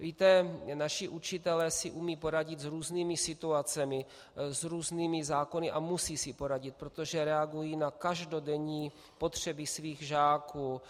Víte, naši učitelé si umějí poradit s různými situacemi, s různými zákony a musí si poradit, protože reagují na každodenní potřeby svých žáků.